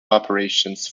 operations